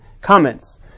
Comments